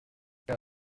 qu’à